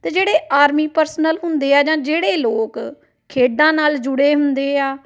ਅਤੇ ਜਿਹੜੇ army personnel ਹੁੰਦੇ ਆ ਜਾਂ ਜਿਹੜੇ ਲੋਕ ਖੇਡਾਂ ਨਾਲ ਜੁੜੇ ਹੁੰਦੇ ਆ